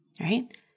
right